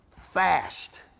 fast